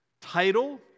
title